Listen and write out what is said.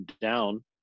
down